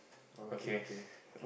okay okay